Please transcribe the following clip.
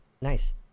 Nice